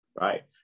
right